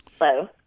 Hello